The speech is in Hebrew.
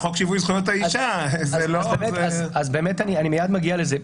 חוק שיווי זכויות האישה --- אני מייד מגיע לזה.